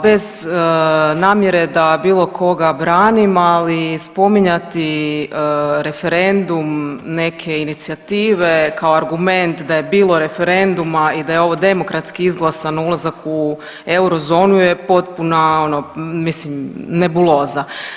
Bez namjere da bilo koga branim, ali spominjati referendum neke inicijative kao argument d je bilo referenduma i da je ovo demokratski izglasan u eurozonu je potpuna ono mislim nebuloza.